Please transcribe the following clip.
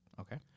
Okay